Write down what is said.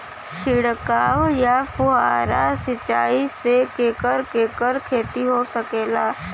छिड़काव या फुहारा सिंचाई से केकर केकर खेती हो सकेला?